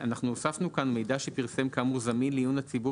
הוספנו כאן: "מידע שפרסם כאמור זמין לעיון הציבור